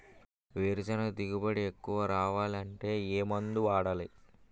వేరుసెనగ దిగుబడి ఎక్కువ రావాలి అంటే ఏ మందు వాడాలి?